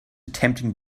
attempting